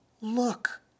look